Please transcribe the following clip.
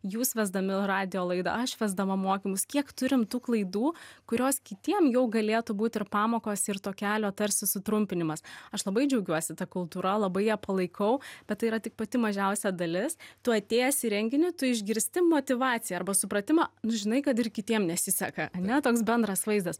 jūs vesdami radijo laidą aš vesdama mokymus kiek turim tų klaidų kurios kitiem jau galėtų būt ir pamokos ir to kelio tarsi sutrumpinimas aš labai džiaugiuosi ta kultūra labai ją palaikau bet tai yra tik pati mažiausia dalis tų atėjęs į renginį tų išgirsti motyvaciją arba supratimą nu žinai kad ir kitiem nesiseka ane toks bendras vaizdas